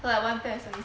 so like one pair is only